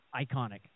iconic